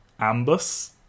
ambus